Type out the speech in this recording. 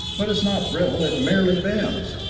but it's not brittle it merely bends.